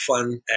fun